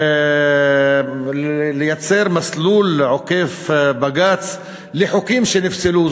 לייצר מסלול עוקף-בג"ץ לחוקים שנפסלו,